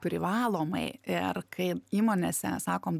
privalomai ir kai įmonėse sakom